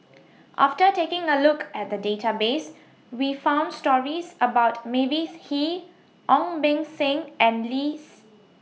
after taking A Look At The Database We found stories about Mavis Hee Ong Beng Seng and Lim's